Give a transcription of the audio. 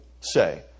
say